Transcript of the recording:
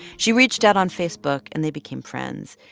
she reached out on facebook, and they became friends.